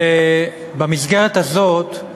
במסגרת הזאת,